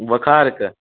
बोखारके